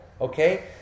Okay